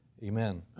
Amen